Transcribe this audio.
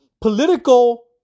political